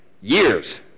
years